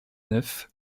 neuf